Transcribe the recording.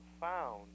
found